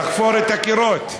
לחפור את הקירות.